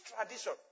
tradition